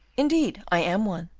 indeed, i am one.